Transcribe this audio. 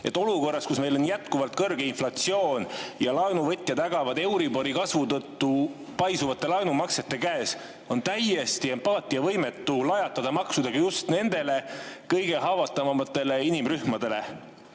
Olukorras, kus meil on jätkuvalt kõrge inflatsioon ja laenuvõtjad ägavad euribori kasvu tõttu paisuvate laenumaksete käes, on täiesti empaatiavõimetu lajatada maksudega just nendele kõige haavatavamatele inimrühmadele,